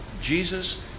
Jesus